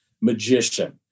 magician